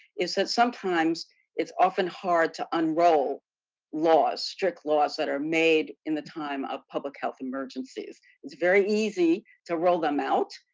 is that sometimes it's often hard to unroll laws, strict laws that are made in the time of public health emergencies. it's very easy to roll them out,